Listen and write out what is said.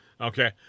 Okay